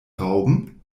rauben